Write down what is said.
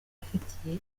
afitiye